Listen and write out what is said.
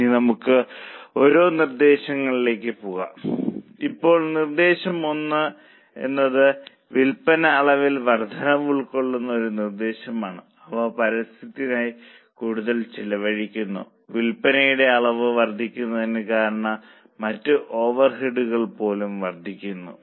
ഇനി നമുക്ക് ഓരോ നിർദേശങ്ങളിലേക്ക് പോകാം ഇപ്പോൾ നിർദ്ദേശം 1 നിർദ്ദേശം 1 എന്നത് വിൽപ്പന അളവിൽ വർദ്ധനവ് ഉൾക്കൊള്ളുന്ന ഒരു നിർദ്ദേശമാണ് അവർ പരസ്യത്തിനായി കൂടുതൽ ചെലവഴിക്കുന്നു വിൽപ്പനയുടെ അളവ് വർധിക്കുന്നത് കാരണം മറ്റ് ഓവർഹെഡുകൾ പോലും വർധിക്കുന്നു